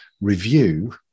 review